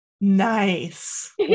Nice